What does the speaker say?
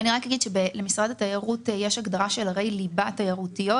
למשרד התיירות יש הגדרה של ערי ליבה תיירותיות,